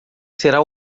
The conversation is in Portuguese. será